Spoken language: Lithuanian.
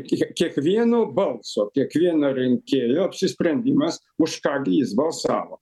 kie kiekvieno balso kiekvieno rinkėjo apsisprendimas už ką gi jis balsavo